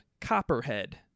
copperhead